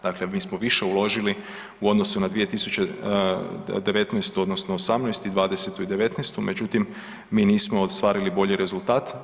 Dakle, mi smo više uložili u odnosu na 2019. odnosno '18., '20. i '19., međutim mi nismo ostvarili bolji rezultat.